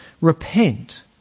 Repent